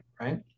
right